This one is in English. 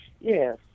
Yes